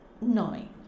nine